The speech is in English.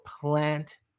plant